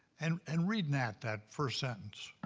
and and read nat that first sentence.